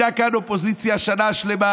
שנה שלמה